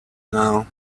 now